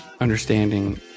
understanding